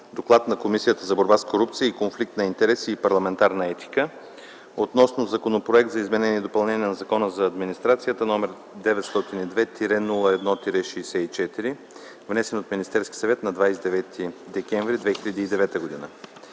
„ДОКЛАД на Комисията за борба с корупцията, конфликт на интереси и парламентарна етика относно Законопроект за изменение и допълнение на Закона за администрацията № 902-01-64, внесен от Министерския съвет на 29 декември 2009 г.